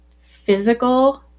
physical